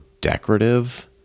decorative